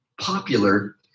popular